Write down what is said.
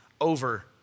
over